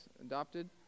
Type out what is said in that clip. adopted